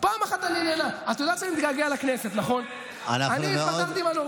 הפקרתם נכסים כלכליים